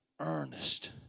earnest